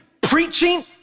Preaching